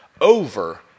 over